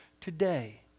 today